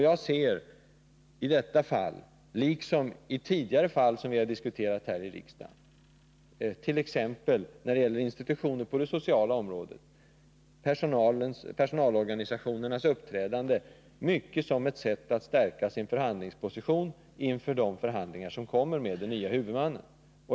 Jag ser i detta fall — liksom i tidigare fall som vi har diskuterat här i riksdagen, t.ex. när det gäller institutioner på det sociala området — personalorganisationernas uppträdande mycket som ett sätt att stärka sin ställning inför de förhandlingar som kommer med den nya huvudmannen.